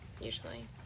usually